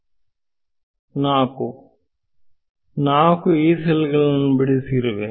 ವಿದ್ಯಾರ್ಥಿ 4 4 Yeeಸೆಲ್ ಗಳನ್ನು ಬಿಡಿಸಿರುವೆ